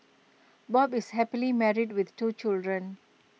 bob is happily married with two children